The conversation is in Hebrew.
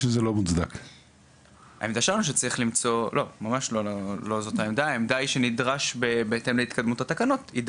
שר העבודה צריך להתקין אותם בהיוועצות עם השר לענייני דתות ושר האוצר,